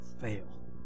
fail